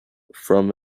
from